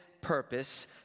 purpose